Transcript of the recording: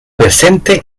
presente